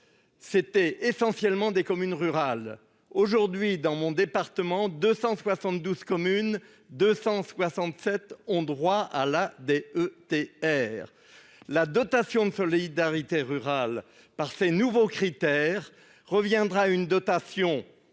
c'était essentiellement des communes rurales aujourd'hui dans mon département, 272 communes, 267 ont droit à la DETR, la dotation de solidarité rurale par ces nouveaux critères reviendra une dotation